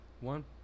One